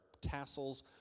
tassels